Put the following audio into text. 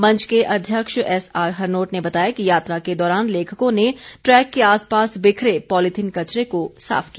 मंच के अध्यक्ष एसआर हरनोट ने बताया कि यात्रा के दौरान लेखकों ने ट्रैक के आसपास बिखरे पॉलीथीन कचरे को साफ किया